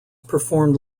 performed